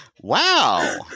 Wow